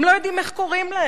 הם לא יודעים איך קוראים להם,